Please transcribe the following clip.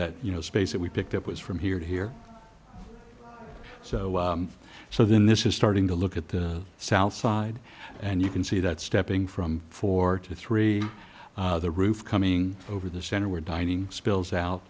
that you know space that we picked up was from here to here so so then this is starting to look at the south side and you can see that stepping from four to three the roof coming over the center where dining spills out